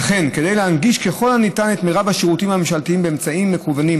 וכן כדי להנגיש ככל הניתן את מרב השירותים הממשלתיים באמצעים מקוונים,